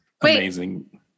amazing